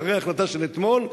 אחרי ההחלטה של אתמול,